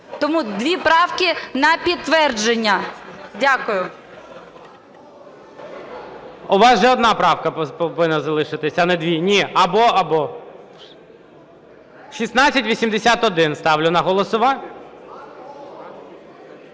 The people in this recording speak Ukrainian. Тому дві правки на підтвердження. Дякую.